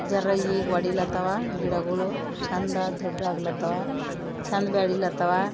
ಜರಾ ಈಗ ಒಡಿಲತ್ತವ ಗಿಡಗಳು ಚಂದ ದೊಡ್ಗ್ಲಾತವ ಚಂದ ಬೆಳಿಲತವ